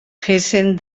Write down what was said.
hessen